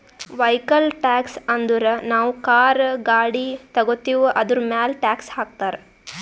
vehicle tax ಅಂದುರ್ ನಾವು car, ಗಾಡಿ ತಗೋತ್ತಿವ್ ಅದುರ್ಮ್ಯಾಲ್ ಟ್ಯಾಕ್ಸ್ ಹಾಕ್ತಾರ್